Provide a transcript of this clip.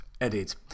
edit